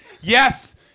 Yes